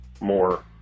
more